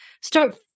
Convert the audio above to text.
Start